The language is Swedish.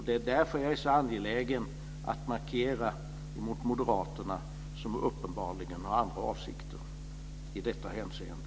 Det är därför jag är så angelägen att markera mot moderaterna som uppenbarligen har andra avsikter i detta hänseende.